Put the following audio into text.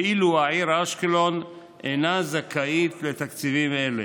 ואילו העיר אשקלון אינה זכאית לתקציבים אלה.